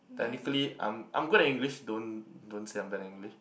technically I'm I'm good at English don't don't say I'm bad at English